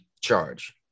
charge